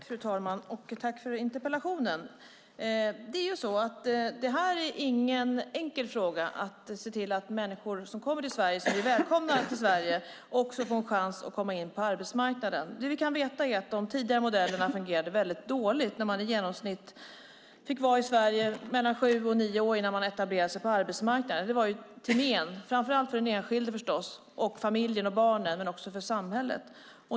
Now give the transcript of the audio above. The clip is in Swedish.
Fru talman! Jag vill tacka Maria Stenberg för interpellationen. Det är ingen enkel sak att se till att människor som kommer till Sverige, och som vi välkomnar till Sverige, också får en chans att komma in på arbetsmarknaden. Det vi kan veta är att tidigare modeller fungerade väldigt dåligt. Man fick vara i Sverige i genomsnitt sju till nio år innan man etablerade sig på arbetsmarknaden, vilket var till men förstås framför allt för den enskilde, familjen och barnen men också för samhället.